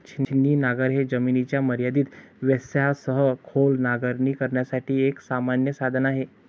छिन्नी नांगर हे जमिनीच्या मर्यादित व्यत्ययासह खोल नांगरणी करण्यासाठी एक सामान्य साधन आहे